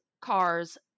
cars